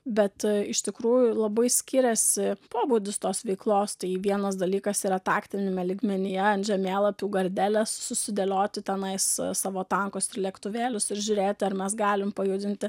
bet iš tikrųjų labai skiriasi pobūdis tos veiklos tai vienas dalykas yra taktiniame lygmenyje ant žemėlapių gardeles susidėlioti tenais savo tankus ir lėktuvėlius ir žiūrėti ar mes galim pajudinti